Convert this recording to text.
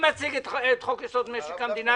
אמרנו